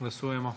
Glasujemo.